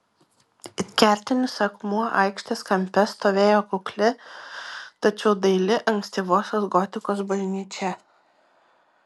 it kertinis akmuo aikštės kampe stovėjo kukli tačiau daili ankstyvosios gotikos bažnyčia